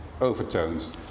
overtones